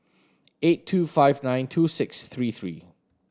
eight two five nine two six three three